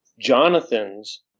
Jonathan's